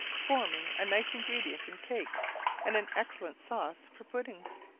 forming a nice ingredient in cakes and an excellent sauce for puddings.